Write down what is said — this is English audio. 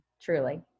Truly